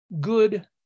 good